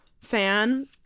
fan